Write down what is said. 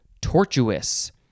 tortuous